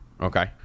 Okay